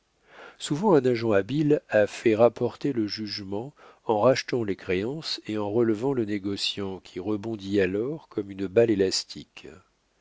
souvent un agent habile a fait rapporter le jugement en rachetant les créances et en relevant le négociant qui rebondit alors comme une balle élastique